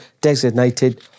designated